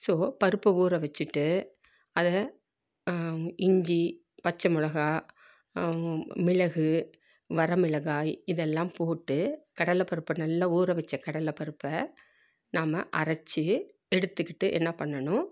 so பருப்பை ஊற வச்சுட்டு அதை இஞ்சி பச்சை மிளகா மிளகு வர மிளகாய் இதெல்லாம் போட்டு கடலை பருப்பை நல்லா ஊற வச்ச கடலை பருப்பை நம்ம அரைத்து எடுத்துக்கிட்டு என்ன பண்ணணும்